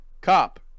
cop